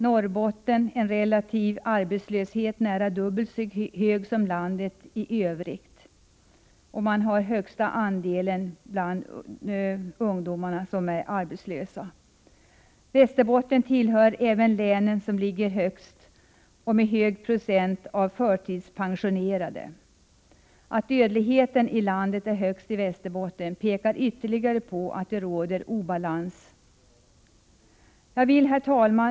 Norrbotten har en relativ arbetslöshet som är nära dubbelt så hög som för landet i övrigt, och man har den högsta ungdomsarbetslösheten. Även Västerbotten tillhör de län som har den högsta arbetslösheten och en hög procent förtidspensionerade. Att Västerbotten har den största dödligheten i landet pekar också på att det råder obalans. Herr talman!